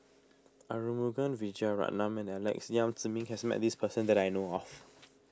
Arumugam Vijiaratnam and Alex Yam Ziming has met this person that I know of